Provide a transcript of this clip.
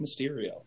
Mysterio